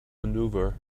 maneuver